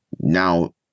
now